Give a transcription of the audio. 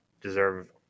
deserve